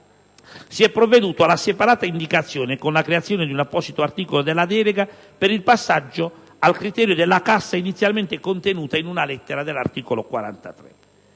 si è provveduto alla separata indicazione, con la creazione di un apposito articolo della delega, per il passaggio al criterio della cassa inizialmente contenuta in una lettera dell'articolo 43.